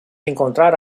encontrar